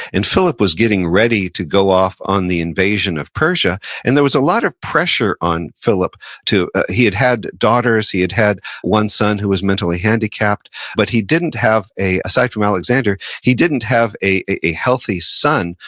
and philip was getting ready to go off on the invasion of persia, and there was a lot of pressure on philip to, he had had daughters, he had had one son who was mentally handicapped, but he didn't have, aside from alexander, he didn't have a healthy son,